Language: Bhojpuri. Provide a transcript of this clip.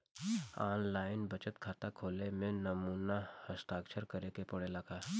आन लाइन बचत खाता खोले में नमूना हस्ताक्षर करेके पड़ेला का?